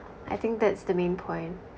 I think that's the main point